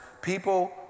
people